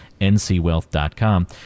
ncwealth.com